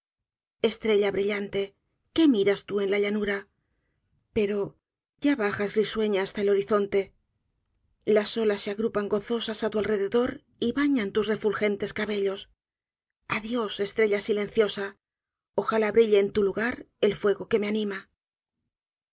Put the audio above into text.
estrella brillante qué miras tú en la llanura pero ya bajas risueña hasta el horizonte las olas se agrupan gozosas á tu alrededor y bañan tus refulgentes cabellos adiós estrella silenciosa ojalá brille en tu lugar el fuego que me anima